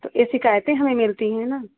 तो फ़िर शिकायतें हमें मिलती है ना